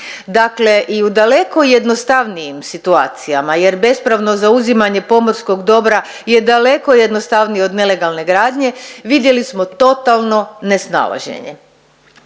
Dakle i u daleko jednostavnijim situacijama jer bespravno zauzimanje pomorskog dobra je daleko jednostavnije od nelegalne gradnje, vidjeli smo totalno nesnalaženje.